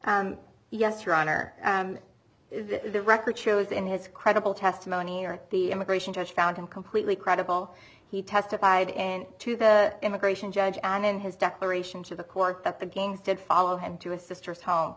honor the record shows in his credible testimony or the immigration judge found him completely credible he testified in to the immigration judge and in his declaration to the court that the games did follow him to his sister's